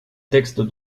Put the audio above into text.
texte